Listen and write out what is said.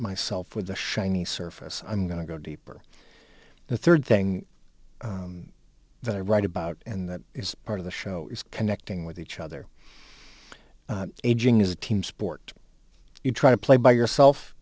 myself with a shiny surface i'm going to go deeper the third thing that i write about and that is part of the show is connecting with each other aging is a team sport you try to play by yourself